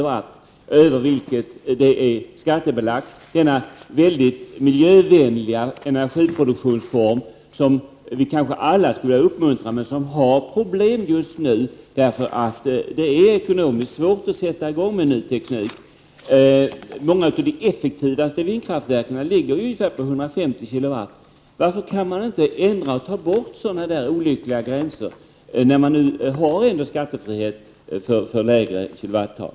Över denna gräns blir det skatt. Vindkraften är en mycket miljövänlig energiproduktionsform, som vi alla kanske skulle vilja uppmuntra men som har problem just nu, därför att det är ekonomiskt svårt att sätta i gång med en ny teknik. Många av de effektivaste vindkraftverken ligger vid ungefär 150 kW. Varför kan man inte ta bort sådana olyckliga gränser, när man ändå har skattefritt vid ett lägre kilowattal?